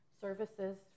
services